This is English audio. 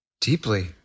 Deeply